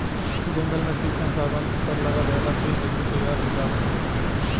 जंगल में शीशम, शागवान के पेड़ लगा देहला से इ जल्दी तईयार हो जाता